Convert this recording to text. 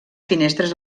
finestres